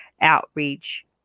outreach